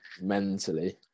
mentally